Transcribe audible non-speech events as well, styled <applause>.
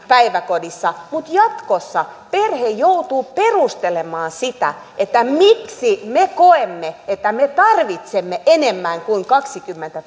päiväkodissa mutta jatkossa perhe joutuu perustelemaan sitä miksi me koemme että me tarvitsemme enemmän kuin kaksikymmentä <unintelligible>